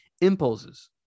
impulses